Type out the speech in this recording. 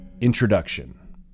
Introduction